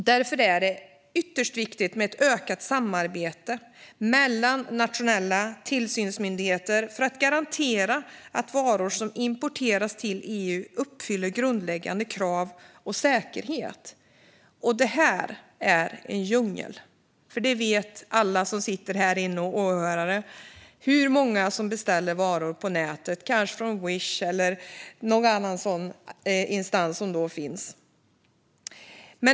Därför är det ytterst viktigt med ett ökat samarbete mellan nationella tillsynsmyndigheter för att garantera att varor som importeras till EU uppfyller grundläggande krav och säkerhet. Detta är en djungel. Vi vet alla hur många som beställer varor på nätet, kanske från Wish eller från någon annan instans.